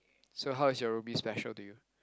so how is your Ruby special to you